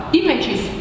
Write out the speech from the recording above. images